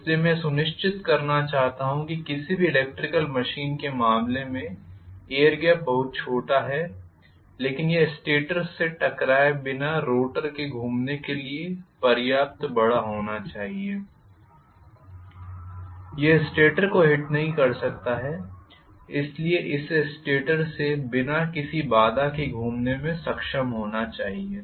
इसलिए मैं यह सुनिश्चित करना चाहता हूं कि किसी भी इलेक्ट्रिकल मशीन के मामले में एयर गैप बहुत छोटा है लेकिन यह स्टेटर से टकराए बिना रोटर के घूमने के लिए पर्याप्त बड़ा होना चाहिए यह स्टेटर को हिट नहीं कर सकता है इसलिए इसे स्टेटर से बिना किसी बाधा के घूमने में सक्षम होना चाहिए